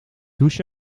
douche